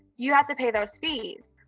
you have to pay those fees.